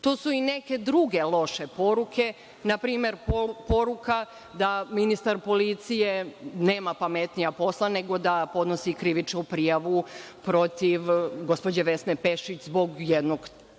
su i neke druge loše poruke. Na primer, poruka da ministar policije nema pametnija posla nego da podnosi krivičnu prijavu protiv gospođe Vesne Pešić zbog jednog teksta